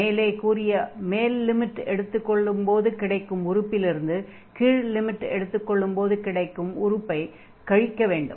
மேலே கூறிய மேல் லிமிட்டை எடுத்துக் கொள்ளும்போது கிடைக்கும் உறுப்பிலிருந்து கீழ் லிமிட்டை எடுத்துக் கொள்ளும்போது கிடைக்கும் உறுப்பைக் கழிக்க வேண்டும்